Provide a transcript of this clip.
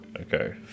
Okay